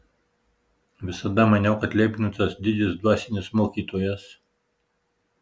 visada maniau kad leibnicas didis dvasinis mokytojas